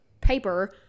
paper